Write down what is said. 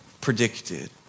predicted